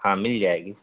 ہاں مل جائے گی